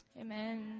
amen